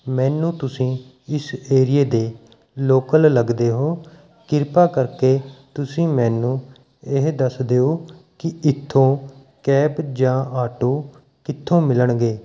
ਮੈਨੂੰ ਤੁਸੀਂ ਇਸ ਏਰੀਏ ਦੇ ਲੋਕਲ ਲੱਗਦੇ ਹੋ ਕਿਰਪਾ ਕਰਕੇ ਤੁਸੀਂ ਮੈਨੂੰ ਇਹ ਦੱਸ ਦਿਓ ਕਿ ਇੱਥੋਂ ਕੈਬ ਜਾਂ ਆਟੋ ਕਿੱਥੋ ਮਿਲਣਗੇ